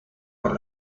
con